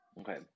Okay